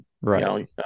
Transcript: Right